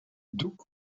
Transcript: duck